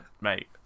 mate